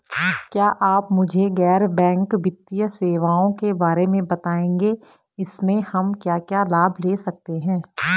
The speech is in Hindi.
क्या आप मुझे गैर बैंक वित्तीय सेवाओं के बारे में बताएँगे इसमें हम क्या क्या लाभ ले सकते हैं?